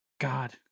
God